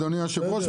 אדוני היושב ראש,